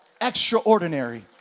extraordinary